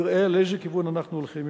יראה לאיזה כיוון אנחנו הולכים.